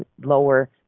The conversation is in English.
lower